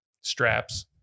straps